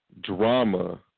drama